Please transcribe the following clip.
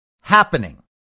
happening